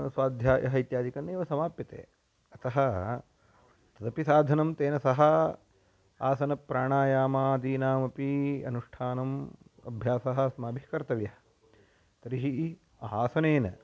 स्वाध्यायः इत्यादिकमेव समाप्यते अतः तदपि साधनं तेन सह आसनप्राणायामादीनामपि अनुष्ठानम् अभ्यासः अस्माभिः कर्तव्यः तर्हि आसनेन